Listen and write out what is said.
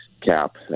cap